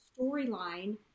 storyline